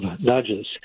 nudges